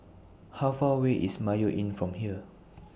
How Far away IS Mayo Inn from here